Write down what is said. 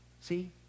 See